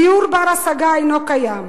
דיור בר-השגה אינו קיים,